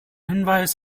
hinweis